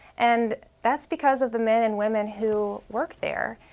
and that's because of the men and women who work there.